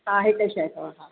हा हिक शइ अथव हा